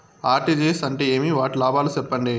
RTGS అంటే ఏమి? వాటి లాభాలు సెప్పండి?